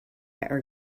are